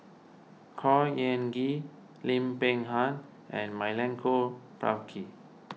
Khor Ean Ghee Lim Peng Han and Milenko Prvacki